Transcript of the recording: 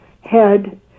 head